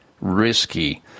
risky